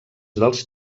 dels